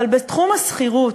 אבל בתחום השכירות,